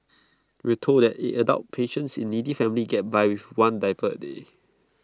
we were told that adult patients in needy families get by with one diaper A day